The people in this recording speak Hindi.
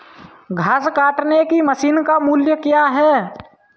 घास काटने की मशीन का मूल्य क्या है?